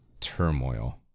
turmoil